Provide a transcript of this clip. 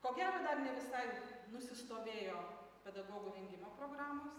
ko gero dar ne visai nusistovėjo pedagogų rengimo programos